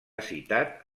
citat